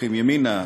לוקחים ימינה,